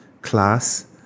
class